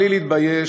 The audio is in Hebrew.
בלי להתבייש,